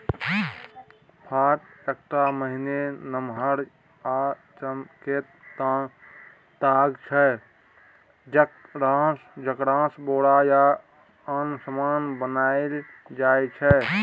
पाट एकटा महीन, नमहर आ चमकैत ताग छै जकरासँ बोरा या आन समान बनाएल जाइ छै